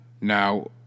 Now